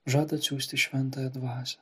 žada atsiųsti šventąją dvasią